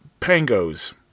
pangos